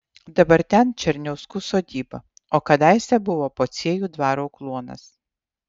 dabar ten černiauskų sodyba o kadaise buvo pociejų dvaro kluonas